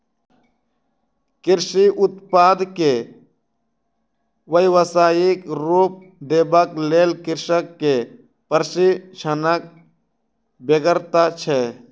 कृषि उत्पाद के व्यवसायिक रूप देबाक लेल कृषक के प्रशिक्षणक बेगरता छै